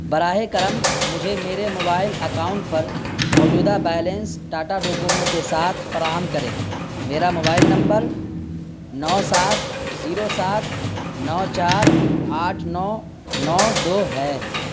براہ کرم مجھے میرے موبائل اکاؤنٹ پر موجودہ بیلنس ٹاٹا ڈوکومو کے ساتھ فراہم کریں میرا موبائل نمبر نو سات زیرو سات نو چار آٹھ نو نو دو ہے